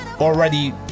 already